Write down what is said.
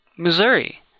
Missouri